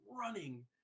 running